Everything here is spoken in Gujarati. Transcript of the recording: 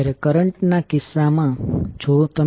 04°A કરંટ I1એ I12 j4I213